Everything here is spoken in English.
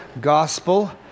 gospel